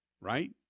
right